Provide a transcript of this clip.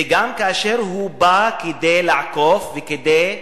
וגם כאשר הוא בא כדי לעקוף וכדי,